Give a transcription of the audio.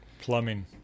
Plumbing